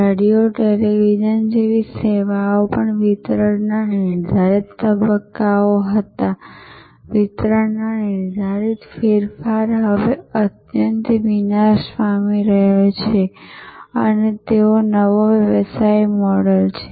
radio television જેવી સેવાઓ પણ વિતરણના નિર્ધારિત તબક્કાઓ હતા વિતરણનો નિર્ધારિત ફેરફાર હવે અત્યંત વિનાશ પામી રહ્યો છે અને નવો વ્યવસાય મોડલ છે